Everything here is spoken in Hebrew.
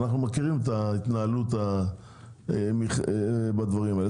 אנחנו מכירים את ההתנהלות בדברים האלה,